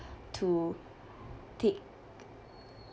to take